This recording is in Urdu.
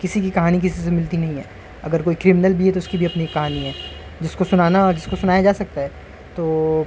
کسی کی کہانی کسی سے ملتی نہیں ہے اگر کوئی کرمنل بھی ہے تو اس کی بھی اپنی کہانی ہے جس کو سنانا اور جس کو سنایا جا سکتا ہے تو